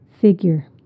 Figure